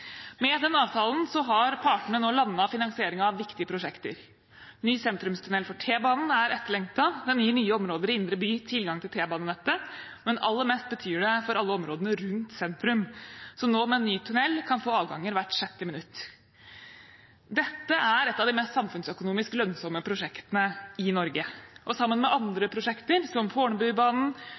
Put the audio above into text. etterlengtet. Den gir nye områder i indre by tilgang til T-banenettet, men aller mest betyr den for alle områdene rundt sentrum, som nå med en ny tunnel kan få avganger hvert sjette minutt. Dette er et av de mest samfunnsøkonomisk lønnsomme prosjektene i Norge, og sammen med prosjekter som Fornebubanen,